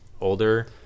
older